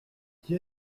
qui